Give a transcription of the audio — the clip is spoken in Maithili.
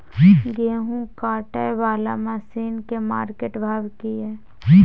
गेहूं काटय वाला मसीन के मार्केट भाव की हय?